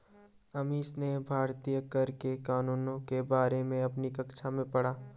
अमीश ने भारतीय कर के कानूनों के बारे में अपनी कक्षा में पढ़ा